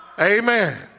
amen